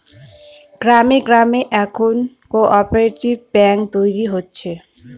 গ্রামে গ্রামে এখন কোঅপ্যারেটিভ ব্যাঙ্ক তৈরী হচ্ছে